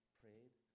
prayed